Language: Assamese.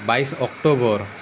বাইছ অক্টোবৰ